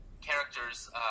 characters